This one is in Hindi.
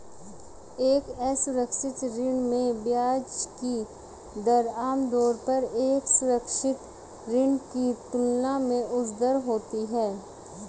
एक असुरक्षित ऋण में ब्याज की दर आमतौर पर एक सुरक्षित ऋण की तुलना में उच्चतर होती है?